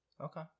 Okay